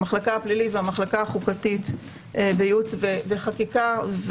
המחלקה הפלילית והחוקתית בייעוץ וחקיקה.